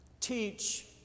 teach